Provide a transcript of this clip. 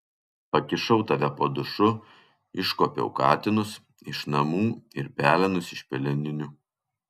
pakišau tave po dušu iškuopiau katinus iš namų ir pelenus iš peleninių